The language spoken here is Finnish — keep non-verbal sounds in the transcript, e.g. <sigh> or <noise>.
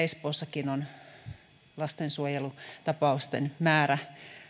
<unintelligible> espoossakin on lastensuojelutapausten määrä